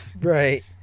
Right